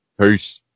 Peace